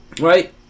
right